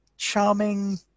charming